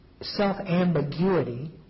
self-ambiguity